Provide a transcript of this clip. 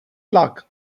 tlak